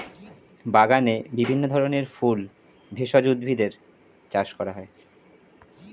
বাগানে বিভিন্ন ধরনের ফুল, ভেষজ উদ্ভিদের চাষ করা হয়